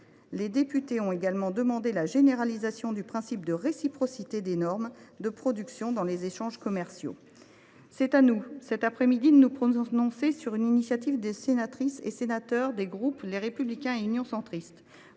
Les députés ont également demandé la généralisation du principe de réciprocité des normes de production dans les échanges commerciaux. Il nous revient, cet après midi, de nous prononcer sur une initiative conjointe des groupes Les Républicains et Union Centriste.